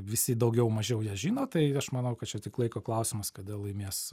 visi daugiau mažiau ją žino tai aš manau kad čia tik laiko klausimas kada laimės